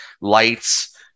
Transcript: lights